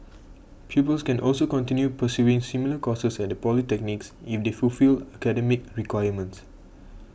pupils can also continue pursuing similar courses at the polytechnics if they fulfil academic requirements